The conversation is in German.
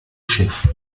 schiff